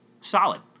solid